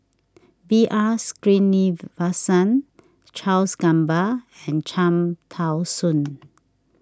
B R Sreenivasan Charles Gamba and Cham Tao Soon